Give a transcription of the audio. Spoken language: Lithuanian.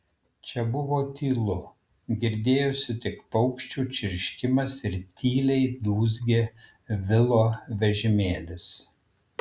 čia buvo tylu girdėjosi tik paukščių čirškimas ir tyliai dūzgė vilo vežimėlis